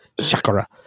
chakra